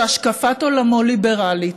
שהשקפת עולמו ליברלית,